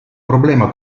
problema